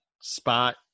Spot